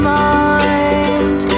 mind